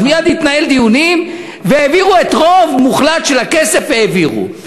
אז מייד התנהלו דיונים ואת הרוב המוחלט של הכסף העבירו.